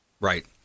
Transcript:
Right